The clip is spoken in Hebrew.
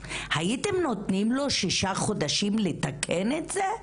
הייתם נותנים לו שישה חודשים לתקן את זה?